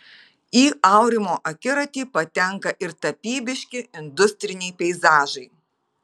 į aurimo akiratį patenka ir tapybiški industriniai peizažai